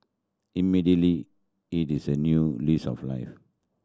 immediately it is a new lease of life